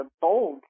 bold